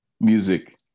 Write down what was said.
music